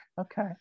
Okay